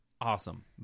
awesome